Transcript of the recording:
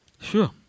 Sure